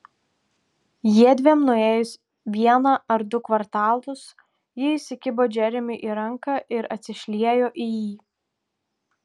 jiedviem nuėjus vieną ar du kvartalus ji įsikibo džeremiui į ranką ir atsišliejo į jį